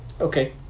Okay